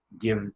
give